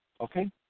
Okay